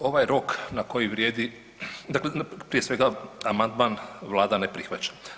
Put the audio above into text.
Ovaj rok na koji vrijedi, dakle prije svega amandman Vlada ne prihvaća.